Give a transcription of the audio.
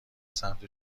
سمت